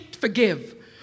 forgive